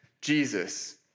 Jesus